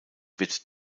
wird